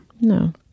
No